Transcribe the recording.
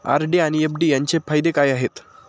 RD आणि FD यांचे फायदे काय आहेत?